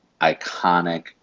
iconic